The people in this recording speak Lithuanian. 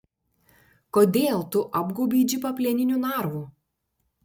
kodėl tu apgaubei džipą plieniniu narvu